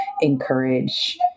encourage